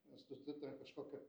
nes tu tu ten kažkokia